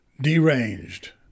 Deranged